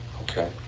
Okay